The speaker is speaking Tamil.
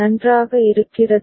நன்றாக இருக்கிறதா